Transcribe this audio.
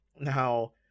Now